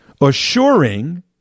assuring